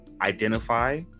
identify